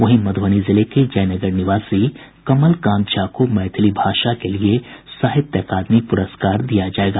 वहीं मध्रबनी जिले के जयनगर निवासी कमल कांत झा को मैथिली भाषा के लिए साहित्य अकादमी पुरस्कार दिया जायेगा